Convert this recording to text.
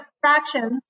fractions